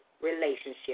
relationship